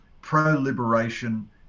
pro-liberation